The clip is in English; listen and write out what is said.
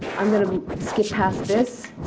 i'm going to skip past this.